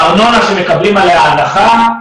הארנונה שמקבלים עליה הנחה,